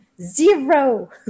zero